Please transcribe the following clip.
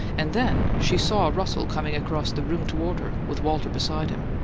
and then she saw russell coming across the room toward her, with walter beside him.